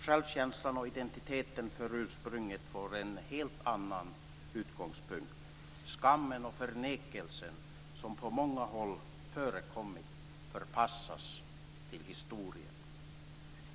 Självkänslan och identiteten som har att göra med ursprunget får en helt annan utgångspunkt. Skammen och förnekelsen som på många håll förekommit förpassas till historien.